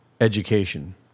education